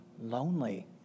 lonely